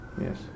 yes